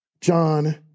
John